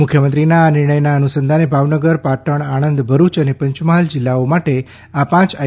મુખ્યમંત્રીના આ નિર્ણયના અનુસંધાને ભાવનગર પાટણ આણંદ ભરૂય અને પંચમહાલ જિલ્લાઓ માટે આ પાંચ આઇ